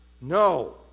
No